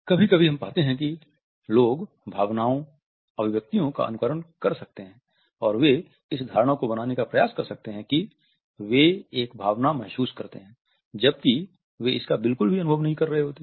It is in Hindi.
कभी कभी हम पाते हैं कि लोग भावनाओं अभिव्यक्तियों का अनुकरण कर सकते हैं और वे इस धारणा को बनाने का प्रयास कर सकते हैं कि वे एक भावना महसूस करते हैं जबकि वे इसका बिल्कुल भी अनुभव नहीं कर रहे होते हैं